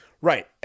Right